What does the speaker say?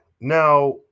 Now